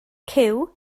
cyw